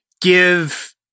give